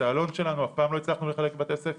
את העלון שלנו אף פעם לא הצלחנו לחלק בבתי הספר,